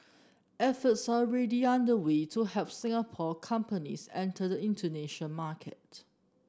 efforts are ready underway to help Singapore companies enter the Indonesian market